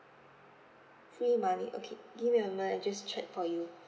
free money okay give me a moment I just check for you